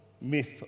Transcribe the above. myth